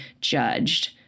judged